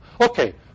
Okay